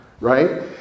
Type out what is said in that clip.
right